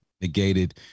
negated